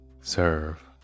Serve